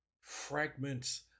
fragments